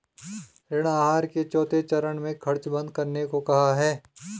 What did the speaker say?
ऋण आहार के चौथे चरण में खर्च बंद करने को कहा है